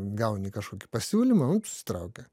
gauni kažkokį pasiūlymą nu susitraukia